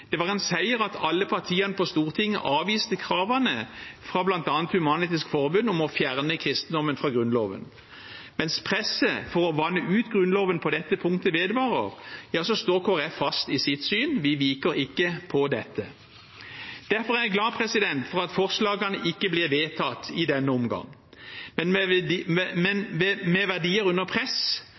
Det var en seier at alle partiene på Stortinget avviste kravene fra bl.a. Human-Etisk Forbund om å fjerne kristendommen fra Grunnloven. Mens presset for å vanne ut Grunnloven på dette punktet vedvarer, står Kristelig Folkeparti fast i sitt syn, vi viker ikke på dette. Derfor er jeg glad for at forslagene ikke blir vedtatt i denne omgang, men med verdier under press, og med